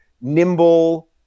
nimble